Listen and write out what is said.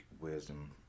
wisdom